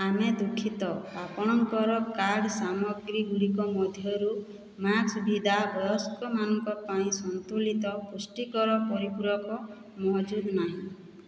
ଆମେ ଦୁଃଖିତ ଆପଣଙ୍କର କାର୍ଟ ସାମଗ୍ରୀ ଗୁଡ଼ିକ ମଧ୍ୟରୁ ମ୍ୟାକ୍ସଭିଦା ବୟସ୍କମାନଙ୍କ ପାଇଁ ସନ୍ତୁଳିତ ପୁଷ୍ଟିକର ପରିପୂରକ ମହଜୁଦ ନାହିଁ